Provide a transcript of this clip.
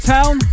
Town